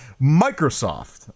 Microsoft